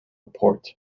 port